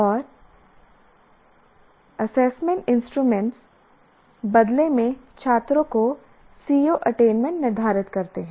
और assessment instrument बदले में छात्रों को CO अटेनमेंट निर्धारित करते हैं